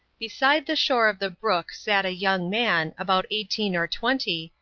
beside the shore of the brook sat a young man, about eighteen or twenty,